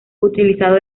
utilizado